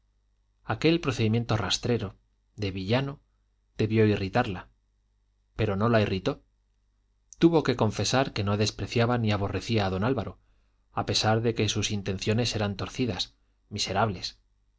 aquel procedimiento rastrero de villano debió irritarla pero no la irritó tuvo que confesar que no despreciaba ni aborrecía a don álvaro a pesar de que sus intenciones eran torcidas miserables